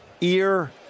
ear